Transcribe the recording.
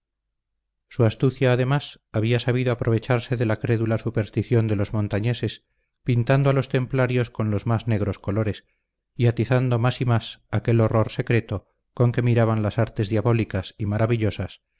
su astucia además había sabido aprovecharse de la crédula superstición de los montañeses pintando a los templarios con los más negros colores y atizando más y más aquel horror secreto con que miraban las artes diabólicas y maravillosas